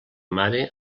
mare